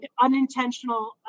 unintentional